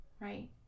right